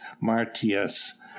martius